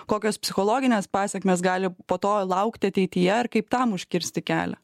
kokios psichologinės pasekmės gali po to laukti ateityje ir kaip tam užkirsti kelią